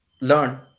learn